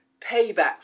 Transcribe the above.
Payback